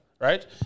right